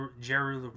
Jerry